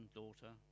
daughter